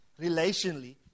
relationally